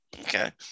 Okay